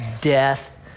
death